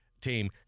team